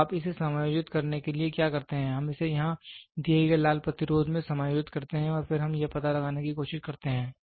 तो आप इसे समायोजित करने के लिए क्या करते हैं हम इसे यहां दिए गए लाल प्रतिरोध में समायोजित करते हैं और फिर हम यह पता लगाने की कोशिश करते हैं